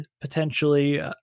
potentially